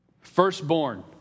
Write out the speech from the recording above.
firstborn